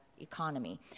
economy